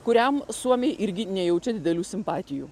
kuriam suomiai irgi nejaučia didelių simpatijų